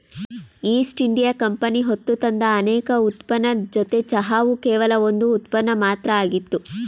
East India company ಹೊತ್ತುತಂದ ಅನೇಕ ಉತ್ಪನ್ನದ್ ಜೊತೆ ಚಹಾವು ಕೇವಲ ಒಂದ್ ಉತ್ಪನ್ನ ಮಾತ್ರ ಆಗಿತ್ತು